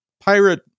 pirate